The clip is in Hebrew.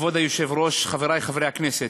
כבוד היושב-ראש, חברי חברי הכנסת,